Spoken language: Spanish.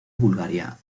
bulgaria